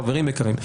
חברים יקרים,